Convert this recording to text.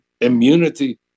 immunity